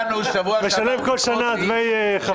משלם כל שנה דמי חברות.